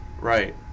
Right